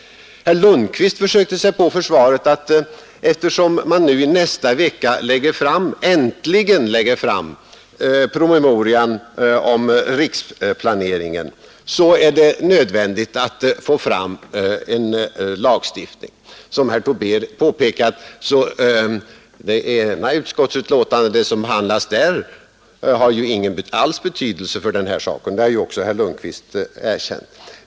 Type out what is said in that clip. Herr Lundkvist försökte som försvar anföra att eftersom man i nästa vecka äntligen lägger fram propositionen om riksplaneringen, är nödvändigt att nu få till stånd en lagstiftning. Som herr Tobé påpekat har emellertid det som behandlas i sammanhang med byggnadslagen inte alls någon betydelse för den nu aktuella frågan. Detta har också herr Lundkvist erkänt.